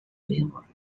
river